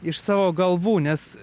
iš savo galvų nes